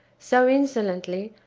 so insolently,